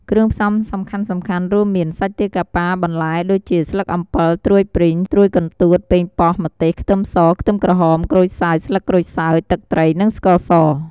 គ្រឿងផ្សំសំខាន់ៗរួមមាន សាច់ទាកាប៉ា, បន្លែដូចជា ស្លឹកអំពិល, ត្រួយព្រីង, ត្រួយកន្ទួត, ប៉េងប៉ោះ, ម្ទេស, ខ្ទឹមស, ខ្ទឹមក្រហម, ក្រូចសើច, ស្លឹកក្រូចសើច, ទឹកត្រី និងស្ករស។